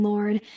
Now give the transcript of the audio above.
Lord